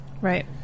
Right